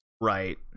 Right